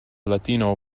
latino